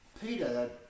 Peter